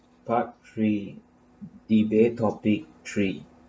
part three debate topic three